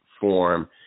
form